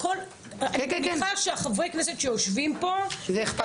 אני מניחה שחברי הכנסת שיושבים פה --- שאכפת להם.